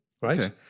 right